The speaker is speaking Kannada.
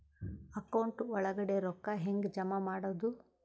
ಅಕೌಂಟ್ ಒಳಗಡೆ ರೊಕ್ಕ ಹೆಂಗ್ ಜಮಾ ಮಾಡುದು?